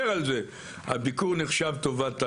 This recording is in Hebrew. הוא שהביקור נחשב טובת הנאה.